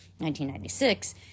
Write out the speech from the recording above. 1996